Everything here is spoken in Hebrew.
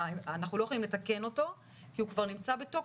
אנחנו לא יכולים לתקן אותו כי הוא כבר נמצא בתוקף,